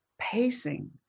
pacing